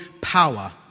power